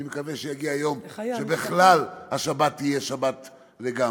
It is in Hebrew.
אני מקווה שיגיע יום, שבכלל השבת תהיה שבת לגמרי,